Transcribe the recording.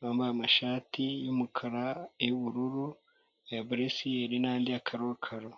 bambaye amashati y'umukara, ay'ubururu, aya buresiyeri n'andi ya karokaro.